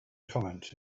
comments